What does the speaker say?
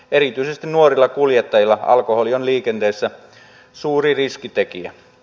erityisesti nuorilla kuljettajilla alkoholi on liikenteessä suuri riskitekijä